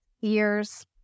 year's